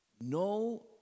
no